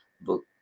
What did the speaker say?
book